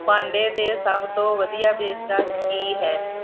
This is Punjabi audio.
ਭਾਂਡੇ ਦੇ ਸਭ ਤੋਂ ਵਧੀਆ ਪੇਸ਼ਕਸ਼ ਕੀ ਹੈ